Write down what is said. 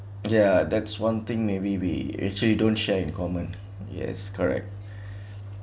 ya that's one thing maybe we actually don't share in common yes correct